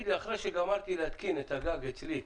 אחרי שגמרתי להתקין על הגג אצלי,